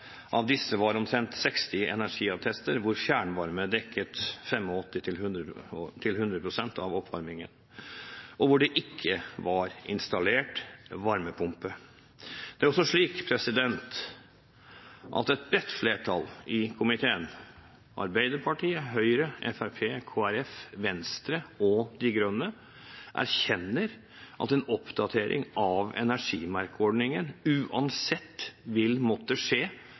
Av disse var det omtrent 60 energiattester hvor fjernvarme dekket 85–100 pst. av oppvarmingen, og hvor det ikke var installert varmepumpe. Det er også slik at et bredt flertall i komiteen – Arbeiderpartiet, Høyre, Fremskrittspartiet, Kristelig Folkeparti, Venstre og De Grønne – erkjenner at en oppdatering av energimerkeordningen uansett vil måtte skje